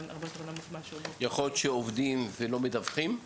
הרבה יותר נמוך --- יכול להיות שעובדים ולא מדווחים?